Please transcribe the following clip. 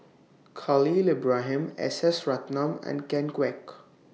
Khalil Ibrahim S S Ratnam and Ken Kwek